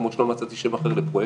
כמו שלא מצאתי שם אחר לפרויקטור.